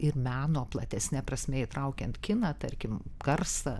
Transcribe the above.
ir meno platesne prasme įtraukiant kiną tarkim garsą